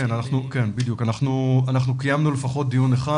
אנחנו קיימנו לפחות דיון אחד,